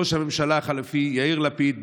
ראש הממשלה החליפי יאיר לפיד,